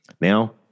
Now